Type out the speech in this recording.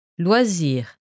loisir